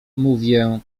mówię